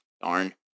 Darn